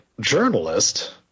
journalist